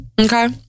Okay